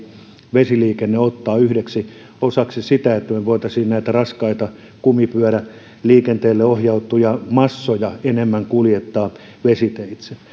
vesiliikenteen ottaa yhdeksi osaksi sitä että me voisimme näitä raskaita kumipyöräliikenteelle ohjattuja massoja enemmän kuljettaa vesiteitse